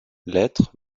lettres